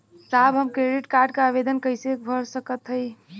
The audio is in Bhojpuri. साहब हम क्रेडिट कार्ड क आवेदन कइसे कर सकत हई?